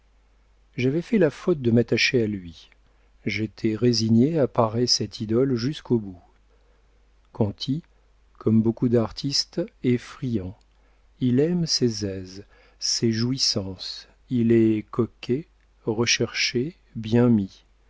j'avais fait la faute de m'attacher à lui j'étais résignée à parer cette idole jusqu'au bout conti comme beaucoup d'artistes est friand il aime ses aises ses jouissances il est coquet recherché bien mis